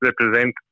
represent